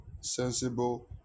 sensible